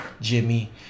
Jimmy